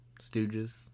Stooges